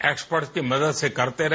expert की मदद से करते रहे